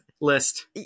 list